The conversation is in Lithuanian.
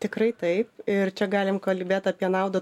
tikrai taip ir čia galim kalbėt apie naudą